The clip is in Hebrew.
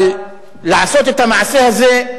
אבל לעשות את המעשה הזה,